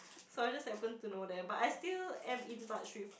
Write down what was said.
so I just happen to know them but I still am in touch with